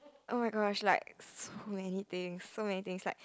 oh-my-gosh like so many things so many things like